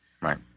Right